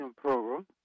program